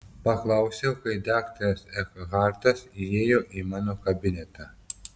paklausiau kai daktaras ekhartas įėjo į mano kabinetą